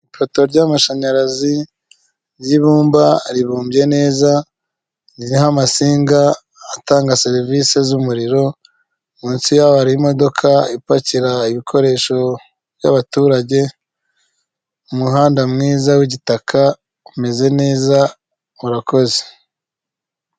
Ipoto ry'amashanyarazi ry'ibumba ribumbye neza, ririho amasinga atanga serivisi z'umuriro, munsi yaho hari imodoka ipakira ibikoresho by'abaturage, umuhanda mwiza w'igitaka umeze neza, murakoze.